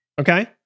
Okay